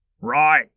Right